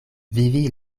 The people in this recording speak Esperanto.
vivi